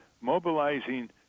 mobilizing